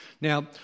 Now